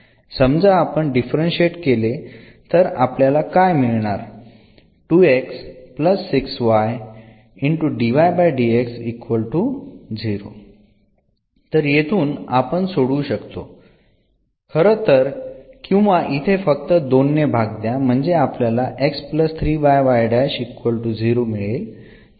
समजा आपण डिफरंशिएट केले तर आपल्याला काय मिळणार तर येथून आपण सोडवू शकतो खरं तर किंवा इथे फक्त 2 ने भाग द्या म्हणजे आपल्याला मिळेल